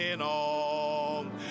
on